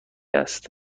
است